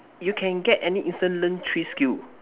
you can get any instant learn three skill